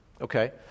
okay